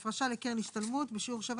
8.33. אני לא חוזרת על זה, בשיעור.